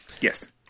Yes